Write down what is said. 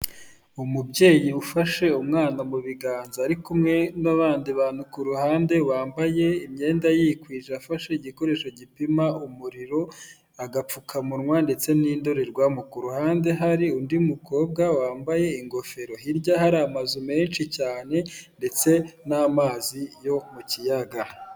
Umubyeyi ufashe umwana mu biganza ari kumwe n'abandi bantu ku ruhande, wambaye imyenda yikwije afashe igikoresho gipima umuriro, agapfukamunwa ndetse n'indorerwamo, ku ruhande hari undi mukobwa wambaye ingofer, hirya hari amazu menshi cyane ndetse n'amazi yo mu kiyaga.